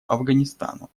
афганистану